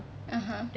(uh huh)